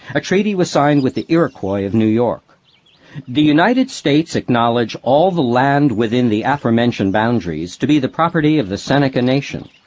a treaty was signed with the iroquois of new york the united states acknowledge all the land within the aforementioned boundaries to be the property of the seneca nation.